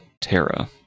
Terra